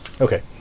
Okay